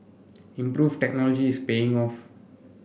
improved technology is paying off